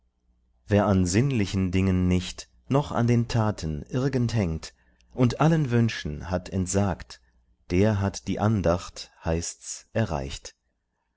wer an sinnlichen dingen nicht noch an den taten irgend hängt und allen wünschen hat entsagt der hat die andacht heißt's erreicht